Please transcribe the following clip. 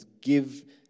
give